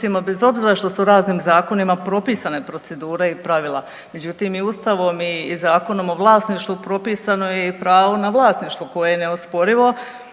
bez obzira što su raznim zakonima propisane procedure i pravila. Međutim i Ustavom i Zakonom o vlasništvu propisano je i pravo na vlasništvo koje je neosporivo,